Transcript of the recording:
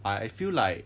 I feel like